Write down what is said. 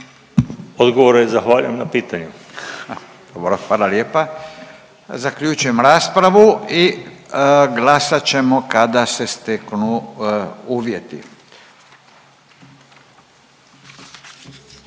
Furio (Nezavisni)** Dobro, hvala lijepa. Zaključujem raspravu i glasat ćemo kada se steknu uvjeti.